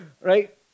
right